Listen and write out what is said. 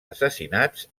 assassinats